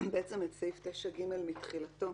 את סעיף 9(ג) מתחילתו,